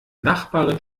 nachbarin